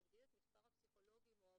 להגדיל את מספר הפסיכולוגים או העובדים,